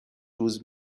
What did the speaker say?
روز